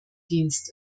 dienst